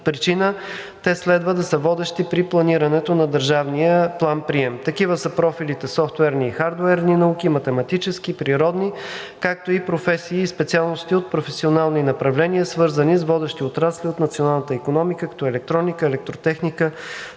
причина следва да са водещи при планирането на държавния план-прием. Такива са профилите софтуерни и хардуерни науки, математически, природни, както и професии и специалности от професионални направления, свързани с водещи отрасли от националната икономика, като електроника, електротехника,